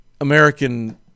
American